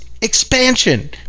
expansion